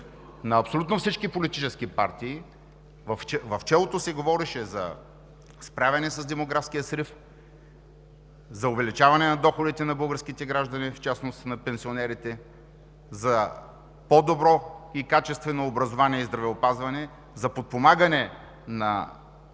на абсолютно всички политически партии в челото се говореше за справяне с демографския срив, за увеличаване на доходите на българските граждани, в частност на пенсионерите, за по-добро и качествено образование и здравеопазване, за подпомагане на